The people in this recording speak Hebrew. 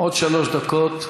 עוד שלוש דקות.